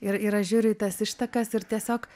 ir ir aš žiūriu į tas ištakas ir tiesiog